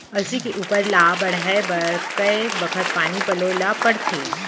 अलसी के उपज ला बढ़ए बर कय बखत पानी पलोय ल पड़थे?